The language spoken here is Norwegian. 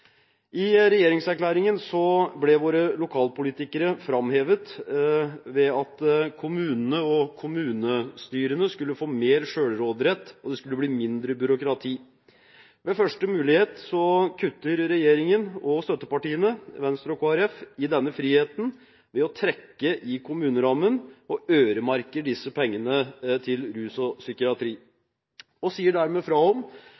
I regjeringserklæringen ble våre lokalpolitikere framhevet ved at kommunene og kommunestyrene skulle få mer selvråderett og det skulle bli mindre byråkrati. Ved første mulighet kutter regjeringen og støttepartiene, Venstre og Kristelig Folkeparti, i denne friheten ved å trekke i kommunerammen og øremerke disse pengene til rus og